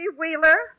Wheeler